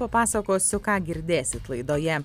papasakosiu ką girdėsit laidoje